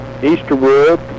Easterwood